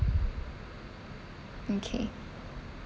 okay